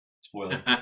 Spoiler